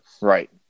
Right